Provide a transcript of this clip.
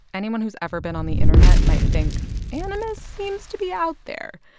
anyone who's ever been on the internet might think animus seems to be out there.